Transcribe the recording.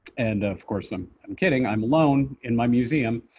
and of course i'm i'm kidding. i'm alone in my museum,